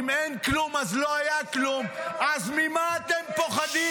אם אין כלום, אז לא היה כלום, אז ממה אתם פוחדים?